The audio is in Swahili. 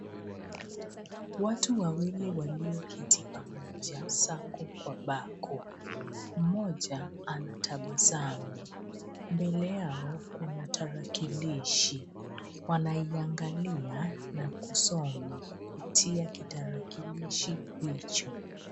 Watu wawili walioketi pamoja sako kwa bako mmoja anatabasamu. Mbele yao kuna tarakilishi. Wanaiangalia na kusoma kupitia kitarakilishi hicho.